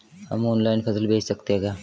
हम ऑनलाइन फसल बेच सकते हैं क्या?